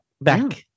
back